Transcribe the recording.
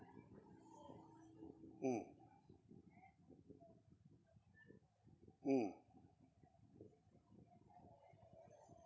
mm mm